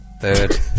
third